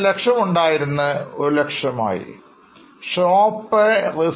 Inventory 200000 ഉണ്ടായിരുന്നത് 100000 ആയി കുറഞ്ഞു